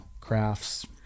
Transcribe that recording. crafts